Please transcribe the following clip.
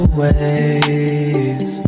ways